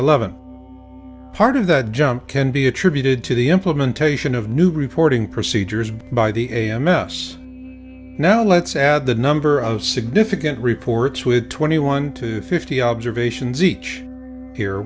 eleven part of that jump can be attributed to the implementation of new reporting procedures by the a m s the now let's add the number of significant reports with twenty one to fifty observations